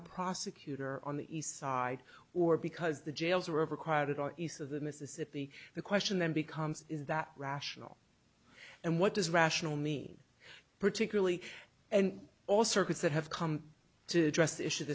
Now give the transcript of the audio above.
a prosecutor on the east side or because the jails are overcrowded or east of the mississippi the question then becomes is that rational and what does rational mean particularly and all circuits that have come to address the issue